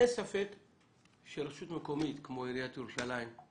אין ספק שרשות מקומית כמו עיריית ירושלים,